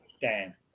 Dan